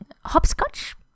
hopscotch